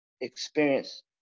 experience